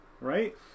right